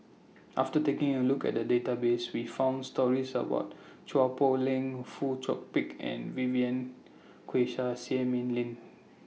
after taking A Look At The Database We found stories about Chua Poh Leng Fong Chong Pik and Vivien Quahe Seah Mei Lin